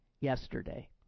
yesterday